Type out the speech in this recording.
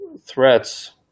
threats